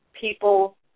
people